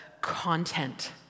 content